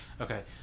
okay